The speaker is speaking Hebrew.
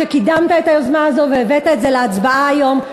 שקידמת את היוזמה הזאת והבאת את זה להצבעה היום.